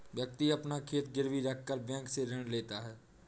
व्यक्ति अपना खेत गिरवी रखकर बैंक से ऋण लेता है